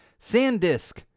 SanDisk